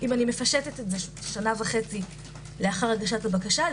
אם אני מפשטת את זה - שנה וחצי לאחר הגשת הבקשה,